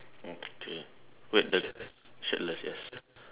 okay wait the shirtless yes